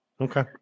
Okay